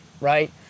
right